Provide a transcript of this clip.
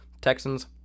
Texans